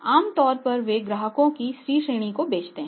आमतौर पर वे ग्राहकों की C श्रेणी को बेचते हैं